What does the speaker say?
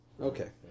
Okay